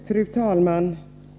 Fru talman!